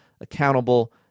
accountable